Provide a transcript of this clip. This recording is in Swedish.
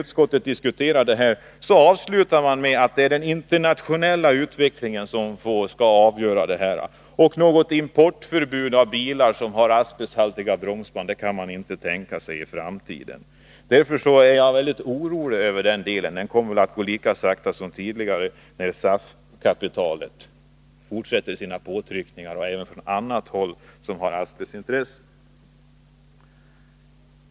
Utskottet avslutar med att det är den internationella utvecklingen som får vara avgörande. Och något importförbud när det gäller bilar som har asbesthaltiga bromsband kan utskottet inte tänka sig i framtiden. Därför är jag väldigt orolig för den frågan —- behandlingen kommer väl att ta lika lång tid som tidigare, när SAF-kapitalet och andra asbestintressen fortsätter sina påtryckningar.